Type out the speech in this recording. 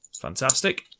Fantastic